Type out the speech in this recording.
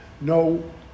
no